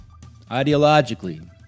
ideologically